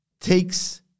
Takes